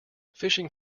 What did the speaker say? fishing